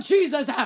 Jesus